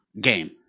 game